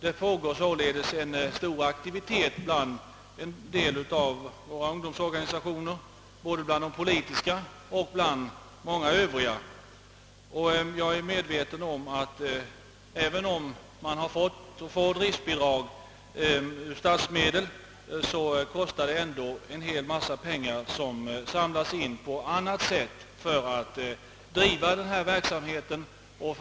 Det pågår således en stor aktivitet bland en del av våra ungdomsorganisationer, såväl bland de politiska som bland många övriga. Jag är medveten om att det, även om driftbidrag utgått av statsmedel, ändå kostar mycket pengar, som samlas in på annat sätt för att driva verksamheten.